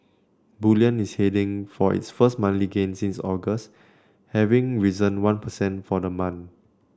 bullion is heading for its first monthly gain since August having risen one percent for the month